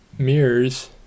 mirrors